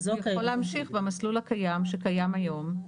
הוא יכול להמשיך במסלול הקיים שקיים היום.